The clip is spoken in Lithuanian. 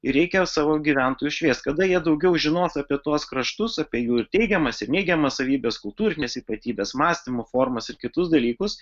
reikia savo gyventojus šviest kada jie daugiau žinos apie tuos kraštus apie jų teigiamas ir neigiamas savybes kultūrines ypatybes mąstymo formas ir kitus dalykus